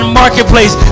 marketplace